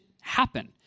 happen